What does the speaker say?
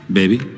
baby